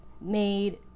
made